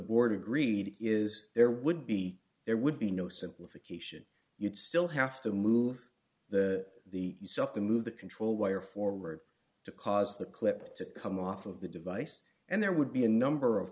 board agreed is there would be there would be no simplification you'd still have to move the the stuff to move the control wire forward to cause the clip to come off of the device and there would be a number of